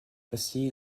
ainsi